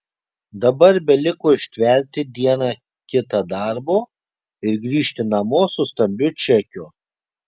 dabar beliko ištverti dieną kitą darbo ir grįžti namo su stambiu čekiu